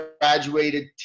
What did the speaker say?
graduated